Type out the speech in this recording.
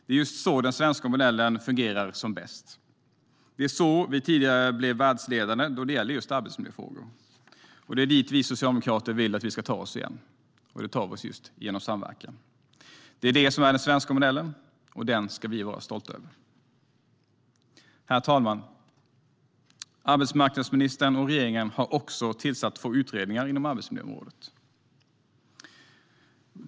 Det är så den svenska modellen fungerar som bäst. Det är så vi tidigare har blivit världsledande när det gäller arbetsmiljöfrågor. Det är dit vi socialdemokrater vill att vi ska ta oss igen, och det gör vi genom just samverkan. Det är detta som är den svenska modellen, och den ska vi vara stolta över. Herr talman! Arbetsmarknadsministern och regeringen har också tillsatt två utredningar inom arbetsmiljöområdet.